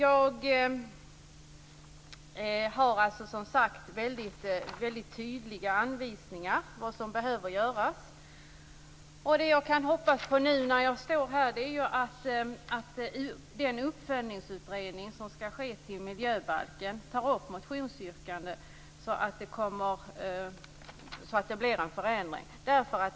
Jag har tydliga anvisningar för vad som behöver göras. Jag kan bara hoppas att den utredning som skall följa upp den nya miljöbalken kommer att ta upp motionsyrkandet.